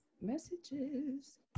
messages